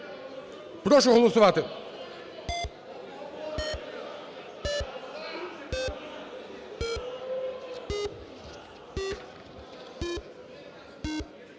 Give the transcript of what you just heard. прошу голосувати.